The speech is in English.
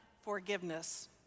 forgiveness